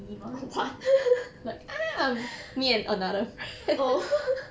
what orh